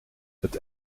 het